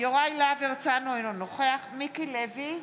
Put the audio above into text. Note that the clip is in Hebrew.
יוראי להב הרצנו, אינו נוכח מיקי לוי,